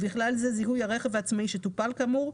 ובכלל זה זיהוי הרכב העצמאי שטופל כאמור,